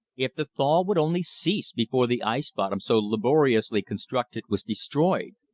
if the thaw would only cease before the ice bottom so laboriously constructed was destroyed!